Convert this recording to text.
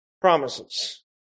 promises